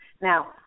Now